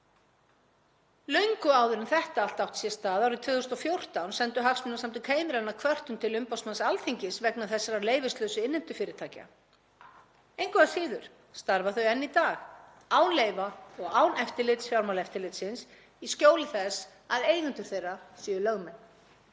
Löngu áður en þetta allt átti sér stað árið 2014 sendu Hagsmunasamtök heimilanna kvörtun til umboðsmanns Alþingis vegna þessara leyfislausu innheimtufyrirtækja. Engu að síður starfa þau enn í dag án leyfa og án eftirlits Fjármálaeftirlitsins í skjóli þess að eigendur þeirra séu lögmenn.